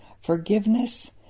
Forgiveness